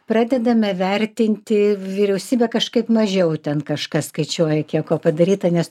pradedame vertinti vyriausybė kažkaip mažiau ten kažkas skaičiuoja kiek ko padaryta nes